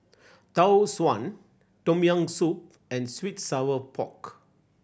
Tau Suan Tom Yam Soup and sweet sour pork